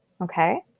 okay